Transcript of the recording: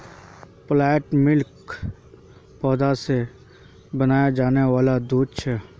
plant milk पौधा से बनाया जाने वाला दूध छे